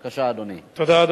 מצוין, טוב מאוד.